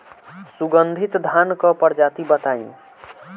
सुगन्धित धान क प्रजाति बताई?